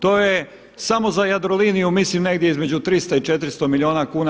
To je samo za Jadroliniju mislim negdje između 300 i 400 milijuna kuna.